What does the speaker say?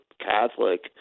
Catholic